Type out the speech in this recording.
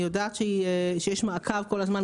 אני יודעת שיש מעקב כל הזמן,